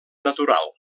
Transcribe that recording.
natural